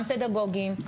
גם פדגוגיים,